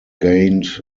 gained